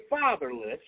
fatherless